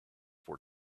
for